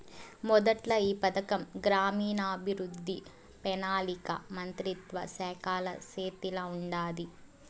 మొదట్ల ఈ పథకం గ్రామీణాభవృద్ధి, పెనాలికా మంత్రిత్వ శాఖల సేతిల ఉండాది